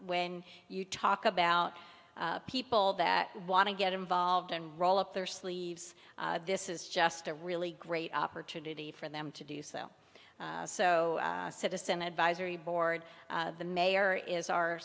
when you talk about people that want to get involved and roll up their sleeves this is just a really great opportunity for them to do so so citizen advisory board the mayor is our